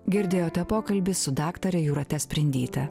girdėjote pokalbį su daktare jūrate sprindyte